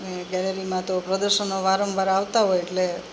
ને ગેલેરીમાં તો પ્રદર્શનો વારંવાર આવતાં હોય એટલે